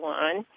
one